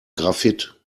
graphit